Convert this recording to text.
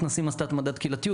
הצגת את